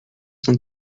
cent